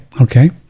okay